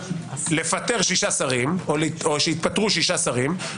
לפטר 6 שרים או שיתפטרו 6 שרים,